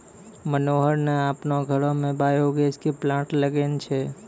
मनोहर न आपनो घरो मॅ बायो गैस के प्लांट लगैनॅ छै